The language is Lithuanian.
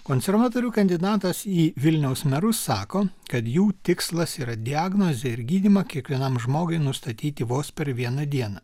konservatorių kandidatas į vilniaus merus sako kad jų tikslas yra diagnozę ir gydymą kiekvienam žmogui nustatyti vos per vieną dieną